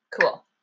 cool